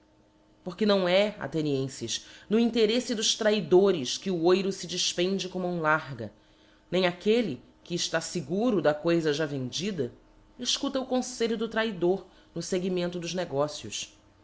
porque não é aihenienfes no intereffe dos traidores que o oiro fe defpende com mão larga nem aquelle que ellá feguro da coifa já vendida efcuta o confelho do traidor no feguimento dos negócios